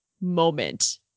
moment